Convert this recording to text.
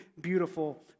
beautiful